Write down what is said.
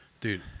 Dude